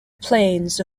plains